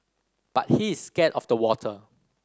but he is scared of the water